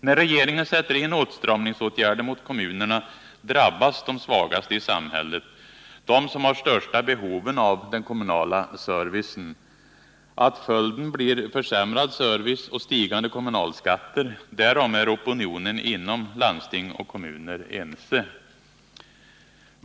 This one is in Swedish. När regeringen sätter in åtstramningsåtgärder mot kommunerna drabbas de svagaste i samhället, de som har de största behoven av den kommunala servicen. Att följden blir en försämring av servicen och stigande kommunalskatter, därom är opinionen inom landsting och kommuner ense.